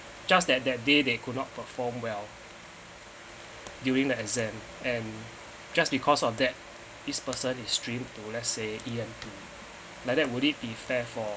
just that that day they could not perform well during the exam and just because of that this person is streamed to let's say e n two like that would it be fair for